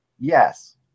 Yes